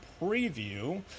Preview